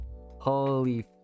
Holy